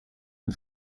ein